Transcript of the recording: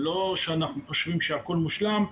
אנחנו לא חושבים שהכל מושלם.